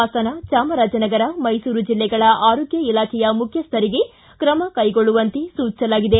ಹಾಸನ ಚಾಮರಾಜನಗರ ಮೈಸೂರು ಜಿಲ್ಲೆಗಳ ಆರೋಗ್ಯ ಇಲಾಖೆಯ ಮುಖ್ಯಸ್ಥರಿಗೆ ಕ್ರಮ ಕೈಗೊಳ್ಳುವಂತೆ ಸೂಚಿಸಲಾಗಿದೆ